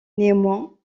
néanmoins